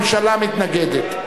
הממשלה מתנגדת.